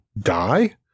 Die